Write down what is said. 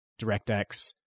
DirectX